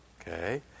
okay